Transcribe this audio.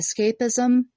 escapism